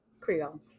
Creole